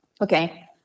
Okay